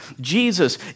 Jesus